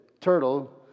turtle